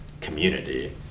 community